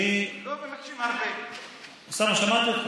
אוסאמה, שמעתי אותך.